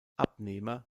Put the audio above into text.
abnehmer